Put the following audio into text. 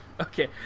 Okay